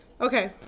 Okay